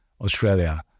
Australia